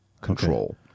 control